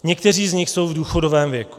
Někteří z nich jsou v důchodovém věku.